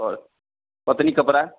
और पत्नी कपड़ा